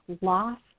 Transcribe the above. loss